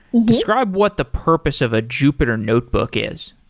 describe what the purpose of a jupyter notebook is